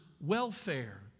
welfare